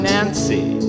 Nancy